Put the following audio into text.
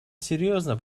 серьезно